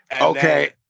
Okay